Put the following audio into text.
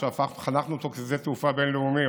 שחנכנו אותו כשדה תעופה בין-לאומי.